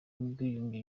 n’ubwiyunge